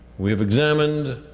we have examined